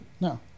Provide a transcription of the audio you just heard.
no